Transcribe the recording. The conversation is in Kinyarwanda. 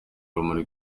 urumuri